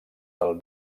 del